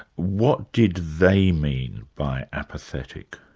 what did they mean by apathetic?